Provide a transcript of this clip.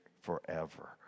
forever